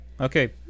Okay